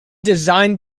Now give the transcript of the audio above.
designed